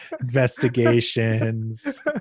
investigations